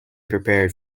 prepared